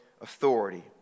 authority